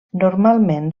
normalment